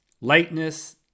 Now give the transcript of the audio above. lightness